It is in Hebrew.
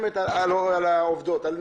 לשאול שאלה פשוטה.